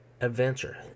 adventure